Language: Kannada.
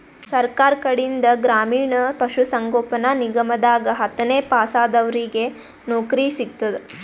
ಸರ್ಕಾರ್ ಕಡೀನ್ದ್ ಗ್ರಾಮೀಣ್ ಪಶುಸಂಗೋಪನಾ ನಿಗಮದಾಗ್ ಹತ್ತನೇ ಪಾಸಾದವ್ರಿಗ್ ನೌಕರಿ ಸಿಗ್ತದ್